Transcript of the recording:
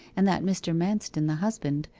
and that mr. manston, the husband,